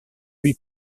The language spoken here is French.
lui